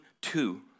two